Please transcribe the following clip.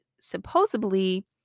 supposedly